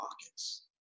pockets